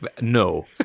No